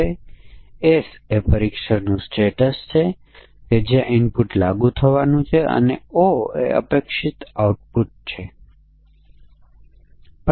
પ્રોગ્રામરો કેટલાક કારણોસર તેમનો પ્રોગ્રામ લખતી વખતે સમકક્ષ વર્ગોની સીમા પર ભૂલો કરે છે